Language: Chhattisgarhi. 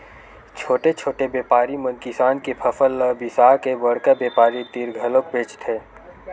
छोटे छोटे बेपारी मन किसान के फसल ल बिसाके बड़का बेपारी तीर घलोक बेचथे